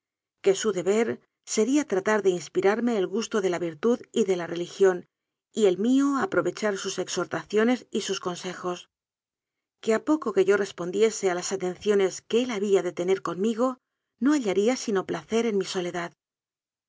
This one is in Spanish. que su deber sería tratar de ins pirarme el gusto de la virtud y de la religión y el mío aprovechar sus exhortaciones y sus consejos que a poco que yo respondiese a las atenciones que él había de tener conmigo no hallaría sino placer en mi soledad